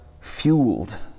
fueled